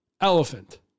elephant